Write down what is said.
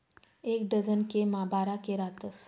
एक डझन के मा बारा के रातस